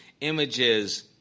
images